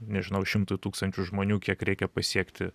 nežinau šimtui tūkstančių žmonių kiek reikia pasiekti